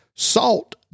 Salt